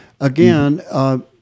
again